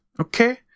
Okay